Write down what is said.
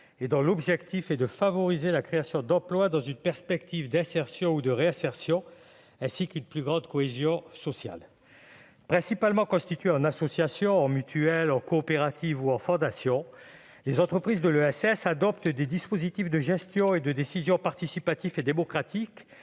Leur objectif est de favoriser la création d'emplois dans une perspective d'insertion ou de réinsertion, ainsi que d'une plus grande cohésion sociale. Principalement constituées en associations, en mutuelles, en coopératives ou en fondations, les entreprises de l'ESS adoptent des dispositifs de gestion et de décision participatifs et démocratiques,